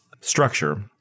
structure